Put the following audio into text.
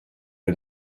wir